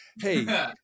hey